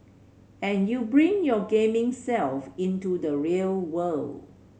and you bring your gaming self into the real world